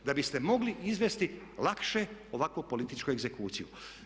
Da biste mogli izvesti lakše ovakvu političku egzekuciju.